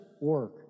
work